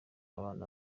abana